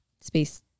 space